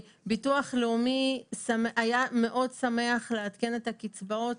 ביטוח לאומי היה מאוד שמח לעדכן את הקצבאות,